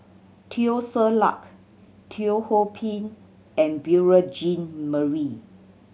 Teo Ser Luck Teo Ho Pin and Beurel Jean Marie